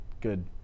good